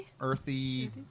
Earthy